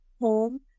home